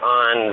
on